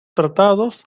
tratados